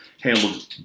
handled